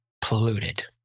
polluted